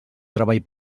treball